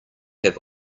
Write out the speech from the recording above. have